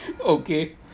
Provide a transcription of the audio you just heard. Okay